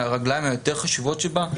לרגליים היותר חשובות שבה,